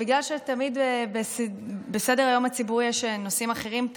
בגלל שתמיד בסדר-היום הציבורי יש נושאים אחרים,